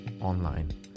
online